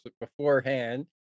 beforehand